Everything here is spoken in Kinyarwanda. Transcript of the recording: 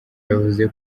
yavuze